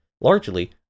Largely